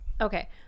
Okay